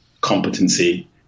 competency